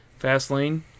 Fastlane